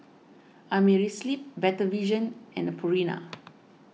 Amerisleep Better Vision and Purina